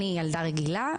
אני ילדה רגילה,